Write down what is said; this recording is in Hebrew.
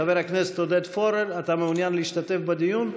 חבר הכנסת עודד פורר, אתה מעוניין להשתתף בדיון?